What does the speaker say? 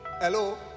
Hello